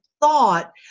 thought